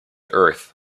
earth